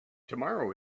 tomorrow